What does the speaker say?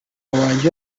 wanjye